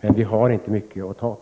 men det finns inte mycket att tillgå.